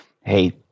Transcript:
hey